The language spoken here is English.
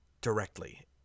directly